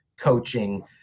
coaching